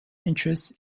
interests